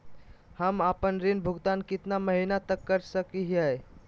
हम आपन ऋण भुगतान कितना महीना तक कर सक ही?